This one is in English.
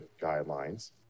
guidelines